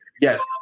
Yes